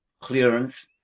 Clearance